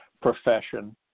profession